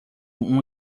uma